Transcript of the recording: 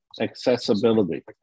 accessibility